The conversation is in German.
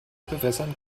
bewässern